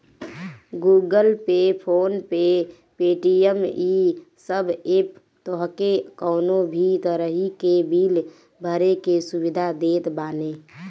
Google pay, phone pay, Paytm इ सब app तोहके कवनो भी तरही के बिल भरे के सुविधा देत बाने